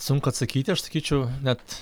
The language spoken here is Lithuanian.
sunku atsakyti aš sakyčiau net